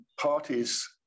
parties